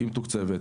היא מתוקצבת,